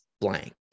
blank